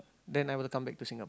then I will come back to Singap~